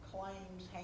Claims